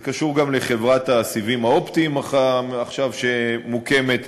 זה קשור גם לחברת הסיבים האופטיים שעכשיו מוקמת,